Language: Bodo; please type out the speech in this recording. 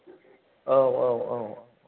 औ औ औ